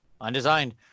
Undesigned